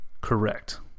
correct